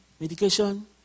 Medication